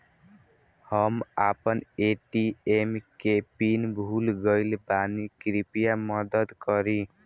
हम आपन ए.टी.एम के पीन भूल गइल बानी कृपया मदद करी